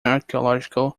archaeological